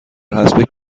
حسب